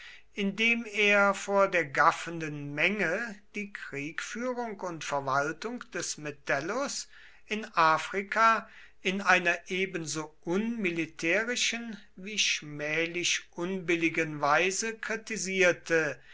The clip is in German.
indem er vor der gaffenden menge die kriegführung und verwaltung des metellus in afrika in einer ebenso unmilitärischen wie schmählich unbilligen weise kritisierte